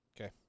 Okay